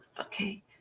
okay